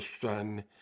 son